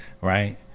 right